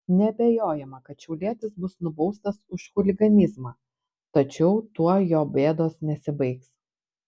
neabejojama kad šiaulietis bus nubaustas už chuliganizmą tačiau tuo jo bėdos nesibaigs